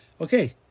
Okay